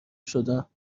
شدم